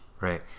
Right